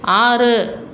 ஆறு